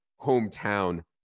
hometown